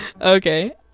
Okay